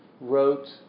wrote